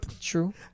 True